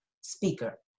speaker